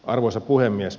arvoisa puhemies